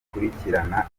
ikurikirana